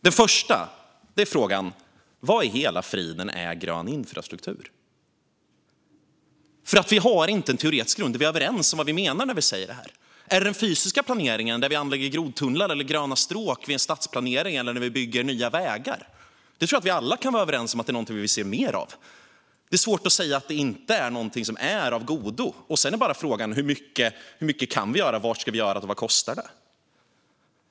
Jag börjar med frågan: Vad i hela friden är grön infrastruktur? Vi har inte en teoretisk grund där vi är överens om vad vi menar när vi säger det här. Är det den fysiska planeringen när det anläggs grodtunnlar eller gröna stråk vid stadsplanering eller när det byggs nya vägar? Jag tror att vi alla kan vara överens om att detta är någonting vi vill se mer av. Det är svårt att säga att detta inte är någonting som är av godo. Sedan är frågan hur mycket vi kan göra, var vi ska göra det och vad det kostar.